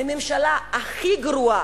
לממשלה הכי גרועה,